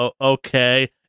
Okay